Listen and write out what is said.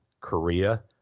Korea